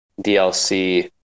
dlc